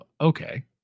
okay